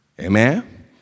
Amen